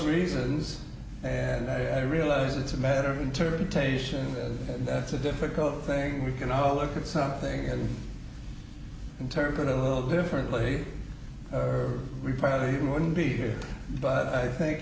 reasons and i realize it's a matter of interpretation and it's a difficult thing we can all look at something and interpret it a little differently we probably wouldn't be here but i think